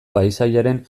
paisaiaren